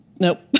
Nope